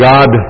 God